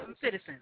citizens